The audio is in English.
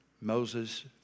Moses